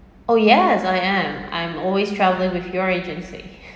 oh yes I am I'm always travel with your agency